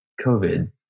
COVID